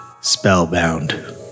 spellbound